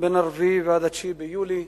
מ-4 ועד 9 ביולי.